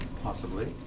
possibly.